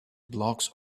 blocks